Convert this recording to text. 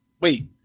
wait